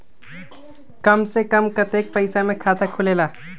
कम से कम कतेइक पैसा में खाता खुलेला?